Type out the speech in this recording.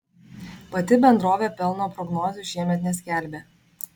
pati bendrovė pelno prognozių šiemet neskelbė